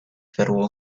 federal